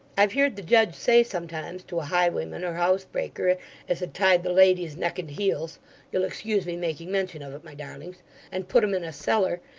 i've heerd the judge say, sometimes, to a highwayman or housebreaker as had tied the ladies neck and heels you'll excuse me making mention of it, my darlings and put em in a cellar,